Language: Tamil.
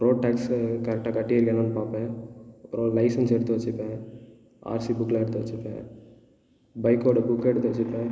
ரோடு டேக்ஸ் கரெக்டாக கட்டி இருக்கேனானு பார்ப்பேன் அப்புறம் லைசன்ஸ் எடுத்து வெச்சுப்பேன் ஆர்சி புக்லாம் எடுத்து வெச்சுப்பேன் பைக்கோட புக்கை எடுத்து வெச்சுப்பேன்